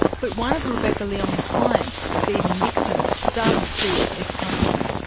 but one of rebekah leong's clients, steven nixon, does see it as punishment.